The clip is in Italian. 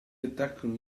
attaccano